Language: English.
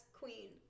queen